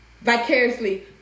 vicariously